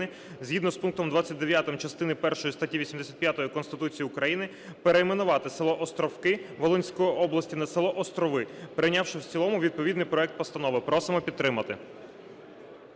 згідно з пунктом 29 частини першої статті 85 Конституції України перейменувати село Островки Волинської області на село Острови, прийнявши в цілому відповідний проект постанови. Просимо підтримати.